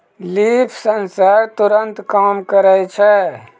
leaf sensor तुरत काम करै छै